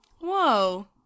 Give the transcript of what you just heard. Whoa